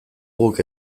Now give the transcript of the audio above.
guk